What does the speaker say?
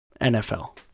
NFL